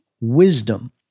wisdom